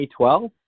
2012